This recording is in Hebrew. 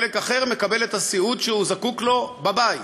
חלק אחר מקבל את הסיעוד שהוא זקוק לו בבית.